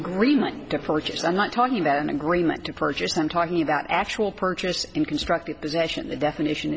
agreement to purchase and not talking about an agreement to purchase i'm talking about actual purchase in constructive possession definition